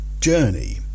journey